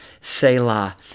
Selah